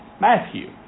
Matthew